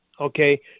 Okay